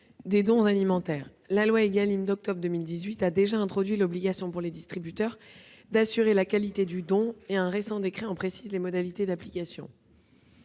des dons alimentaires. Or la loi Égalim d'octobre 2018 a déjà introduit l'obligation pour les distributeurs d'assurer la qualité du don. Un récent décret en précise les modalités d'application.